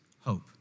hope